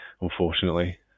unfortunately